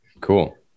cool